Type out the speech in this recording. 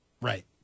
Right